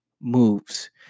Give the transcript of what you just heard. moves